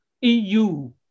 EU